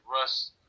Russ